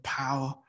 power